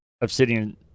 Obsidian